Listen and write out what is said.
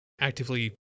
actively